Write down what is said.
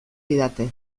didate